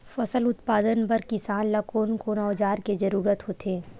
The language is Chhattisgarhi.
फसल उत्पादन बर किसान ला कोन कोन औजार के जरूरत होथे?